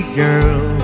girl